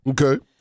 Okay